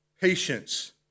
patience